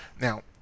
Now